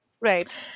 Right